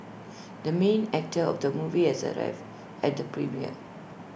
the main actor of the movie has arrived at the premiere